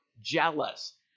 jealous